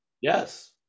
Yes